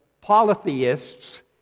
polytheists